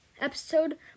episode